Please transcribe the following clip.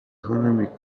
renommée